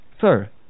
Sir